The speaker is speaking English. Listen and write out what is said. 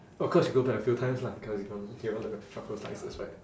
of course you go back a few times lah because you come get all the truffle slices right